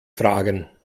fragen